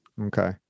Okay